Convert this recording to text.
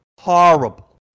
Horrible